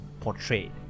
Portrayed